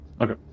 Okay